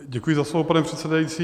Děkuji za slovo, pane předsedající.